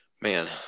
Man